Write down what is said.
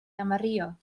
amarillo